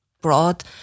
brought